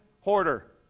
hoarder